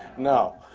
no.